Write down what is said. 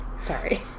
Sorry